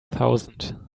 thousand